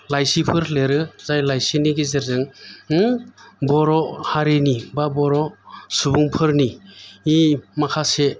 लाइसिफोर लिरो जाय लाइसिनि गेजेरजों बर' हारिनि बा बर' सुबुंफोरनि माखासे